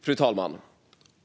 Fru talman!